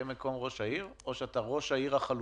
מקום ראש העיר" או שאתה ראש העיר החלופי?